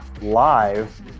live